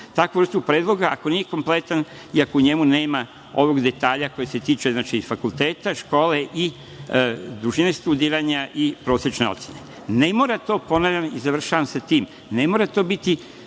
takvu vrstu predloga, ako nije kompletna, i ako u njemu nema ovog detalj koji se tiče fakulteta, škole, dužine studiranja i prosečne ocene. Ne mora to, ponavljam i završavam sa tim, ne mora to biti